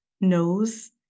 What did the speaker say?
knows